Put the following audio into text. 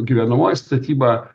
gyvenamoji statyba